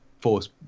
force